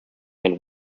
and